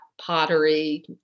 pottery